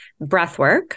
breathwork